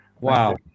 Wow